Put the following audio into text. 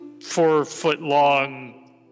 four-foot-long